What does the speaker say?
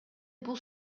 бул